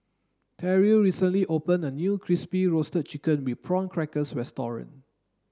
Terrill recently opened a new crispy roasted chicken with prawn crackers restaurant